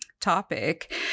topic